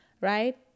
right